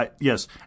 Yes